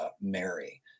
Mary